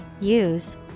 use